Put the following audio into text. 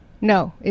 no